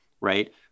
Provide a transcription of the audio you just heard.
right